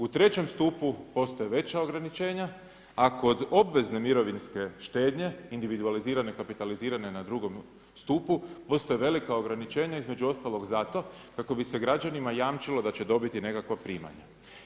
U trećem stupu postoje veća ograničenja, a kod obvezne mirovinske štednje, individualizirane, kapitalizirane na drugom stupu postoje velika ograničenja, između ostalog zato kako bi se građanima jamčilo da će dobiti nekakva primanja.